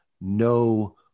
no